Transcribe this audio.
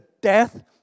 death